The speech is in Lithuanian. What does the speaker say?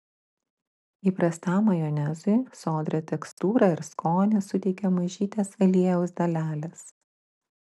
įprastam majonezui sodrią tekstūrą ir skonį suteikia mažytės aliejaus dalelės